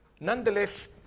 nonetheless